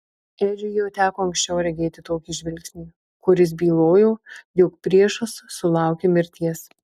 edžiui jau teko anksčiau regėti tokį žvilgsnį kuris bylojo jog priešas sulaukė mirties